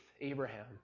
Abraham